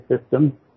system